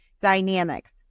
dynamics